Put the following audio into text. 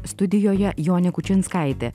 studijoje jonė kučinskaitė